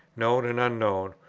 known and unknown,